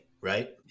right